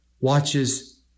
watches